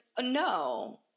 no